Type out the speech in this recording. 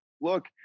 look